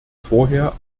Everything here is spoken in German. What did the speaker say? vorher